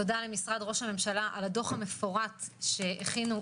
תודה למשרד ראש הממשלה על הדו"ח המפורט שהכינו,